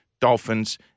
Dolphins